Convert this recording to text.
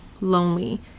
Lonely